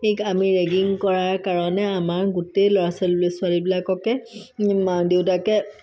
ঠিক আমি ৰেগিং কৰাৰ কাৰণে আমাক গোটেই ল'ৰা ছালি ছোৱালীবিলাককে মাক দেউতাকে